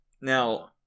Now